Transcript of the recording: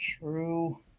True